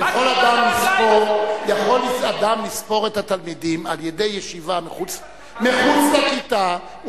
יכול אדם לספור את התלמידים על-ידי ישיבה מחוץ לכיתה,